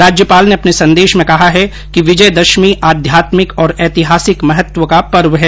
राज्यपाल ने अपने संदेश में कहा है कि विजयदशमी आध्यात्मिक और ऐतिहासिक महत्व का पर्व है